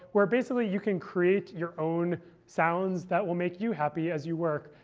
where basically you can create your own sounds that will make you happy as you work.